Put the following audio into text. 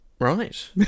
Right